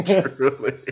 truly